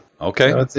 Okay